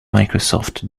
microsoft